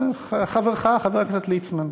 חברך חבר הכנסת ליצמן.